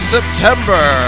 September